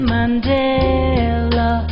Mandela